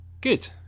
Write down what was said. Good